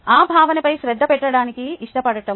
ఆ భావనపై శ్రద్ధ పెట్టడానికి ఇష్టపడటం